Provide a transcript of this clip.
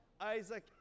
Isaac